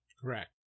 Correct